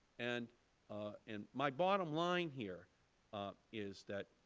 and ah and my bottom line here is that